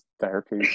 therapy